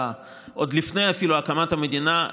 אפילו עוד לפני הקמת המדינה,